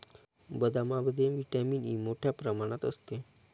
बदामामध्ये vitamin E मोठ्ठ्या प्रमाणात असते